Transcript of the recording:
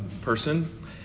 person